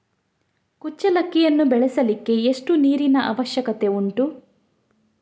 ಕುಚ್ಚಲಕ್ಕಿಯನ್ನು ಬೆಳೆಸಲಿಕ್ಕೆ ಎಷ್ಟು ನೀರಿನ ಅವಶ್ಯಕತೆ ಉಂಟು?